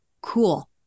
Cool